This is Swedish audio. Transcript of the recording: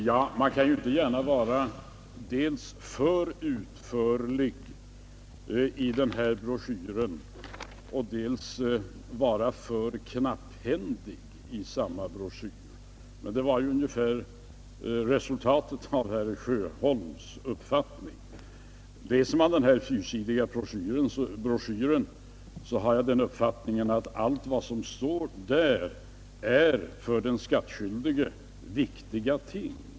Herr talman! Man kan inte gärna vara dels för utförlig och dels för knapphändig i samma broschyr, men det var ungefär resultatet av herr Sjöholms uppfattning. Jag har den uppfattningen att allt vad som står i denna fyrsidiga broschyr är för den skattskyldige viktiga ting.